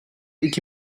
iki